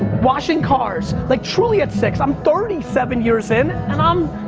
washing cars like truly at six. i'm thirty seven years in and i'm,